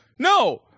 No